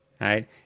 Right